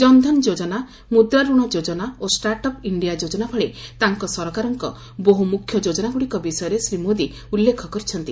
ଜନଧନ ଯୋଜନା ମୁଦ୍ରାଋଣ ଯୋଜନା ଓ ଷ୍ଟାଟ୍ଅଫ୍ ଇଞ୍ଜିଆ ଯୋଜନା ଭଳି ତାଙ୍କ ସରକାରଙ୍କ ବହୁ ମୁଖ୍ୟ ଯୋଜନାଗୁଡ଼ିକ ବିଷୟରେ ଶ୍ରୀ ମୋଦି ଉଲ୍ଲେଖ କରିଛନ୍ତି